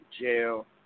jail